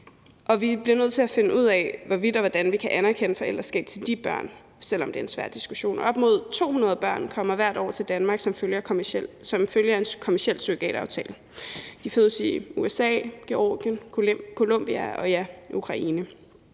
bliver nødt til at finde ud af, hvorvidt og hvordan vi kan anerkende forældreskab til de børn, selv om det er en svær diskussion. Op mod 200 børn kommer hvert år til Danmark som følge af en kommerciel surrogataftale. De fødes i USA, Georgien, Colombia og ja, Ukraine.